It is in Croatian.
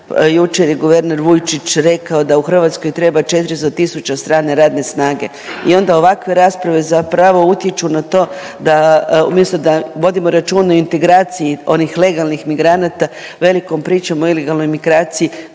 jučer je guverner Vujčić rekao da u Hrvatskoj treba 400 tisuća strane radne snage i onda ovakve rasprave zapravo utječu na to da umjesto da vodimo računa o integraciji onih legalnih migranata, velikom pričom o ilegalnoj migraciji